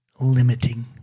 limiting